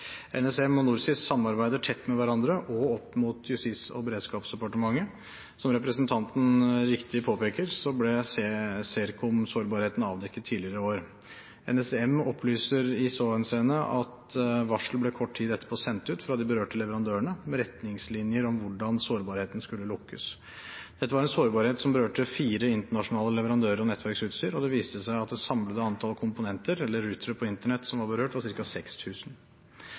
NorSIS samarbeider tett med hverandre og opp mot Justis- og beredskapsdepartementet. Som representanten riktig påpeker, ble Sercomm-sårbarheten avdekket tidligere i år. NSM opplyser i så henseende at varsel kort tid etterpå ble sendt ut fra de berørte leverandørene med retningslinjer om hvordan sårbarheten skulle lukkes. Dette var en sårbarhet som berørte fire internasjonale leverandører av nettverksutstyr, og det viste seg at det samlede antall komponenter, eller routere på Internett som var berørt, var